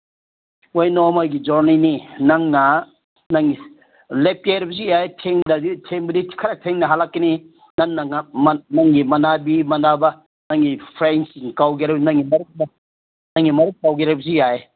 ꯍꯣꯏ ꯅꯣꯡꯃꯒꯤ ꯖꯔꯅꯤꯅꯤ ꯅꯪꯅ ꯅꯪ ꯂꯦꯛꯀꯦ ꯍꯥꯏꯔꯕꯁꯨ ꯌꯥꯏ ꯊꯦꯡꯕꯗꯤ ꯈꯔ ꯊꯦꯡꯅ ꯍꯜꯂꯛꯀꯅꯤ ꯅꯪꯅ ꯅꯪꯒꯤ ꯅꯪꯒꯤ ꯐ꯭ꯔꯦꯟꯁꯤꯡ ꯀꯧꯒꯦꯔ ꯅꯪꯒꯤ ꯃꯔꯨꯞ ꯅꯪꯒꯤ ꯃꯔꯨꯞ ꯀꯧꯒꯦ ꯍꯥꯏꯕꯁꯨ ꯌꯥꯏ